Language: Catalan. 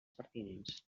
pertinents